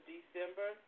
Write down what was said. December